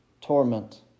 torment